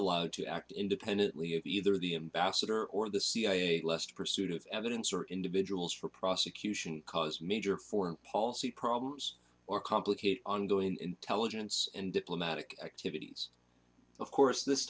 allowed to act independently of either the ambassador or the cia lest pursuit of evidence or individuals for prosecution cause major foreign policy problems or complicate ongoing intelligence and diplomatic activities of course this